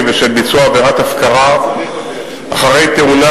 בשל ביצוע עבירת הפקרה אחרי תאונה,